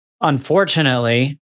unfortunately